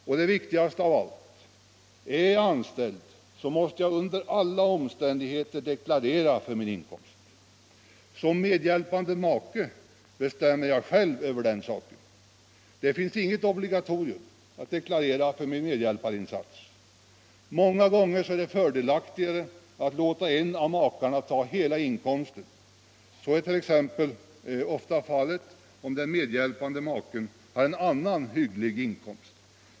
Och det viktigaste av allt: är jag anställd måste jag under alla omständigheter deklarera för min inkomst, men som medhjälpande make bestämmer jag själv över den saken. Det finns inget obligatorium att deklarera för min medhjälparinsats. Många gånger är det fördelaktigare att låta en av makarna ha hela inkomsten. Så är t.ex. ofta fallet om den medhjälpande maken har en annan hygglig inkomst.